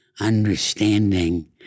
understanding